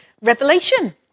revelation